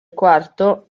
quarto